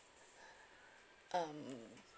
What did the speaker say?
um